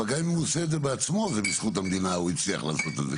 אבל גם אם הוא עושה את זה בעצמו זה בזכות המדינה הוא הצליח לעשות את זה.